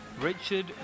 Richard